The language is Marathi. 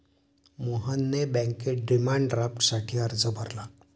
मोहनने बँकेत डिमांड ड्राफ्टसाठी अर्ज भरला